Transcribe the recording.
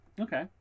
Okay